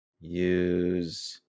use